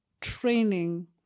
training